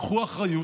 קחו אחריות,